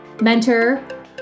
mentor